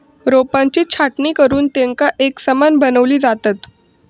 रोपांची छाटणी करुन तेंका एकसमान बनवली जातत